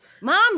Mom